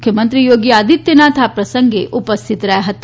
મુખ્યમંત્રી યોગી આદિત્યનાથ આ પ્રસંગે ઉપસ્થિત રહ્યા હતા